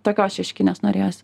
tokios šeškinės norėjosi